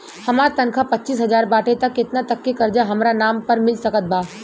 हमार तनख़ाह पच्चिस हज़ार बाटे त केतना तक के कर्जा हमरा नाम पर मिल सकत बा?